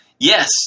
Yes